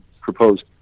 proposed